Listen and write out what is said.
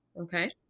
Okay